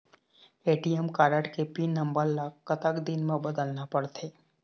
ATM card के pin number ला कतक दिन म बदलना पड़थे?